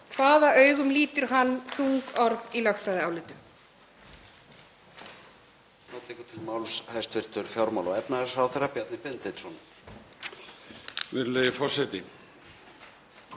Hvaða augum lítur hann þung orð í lögfræðiálitum?